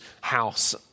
house